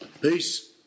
Peace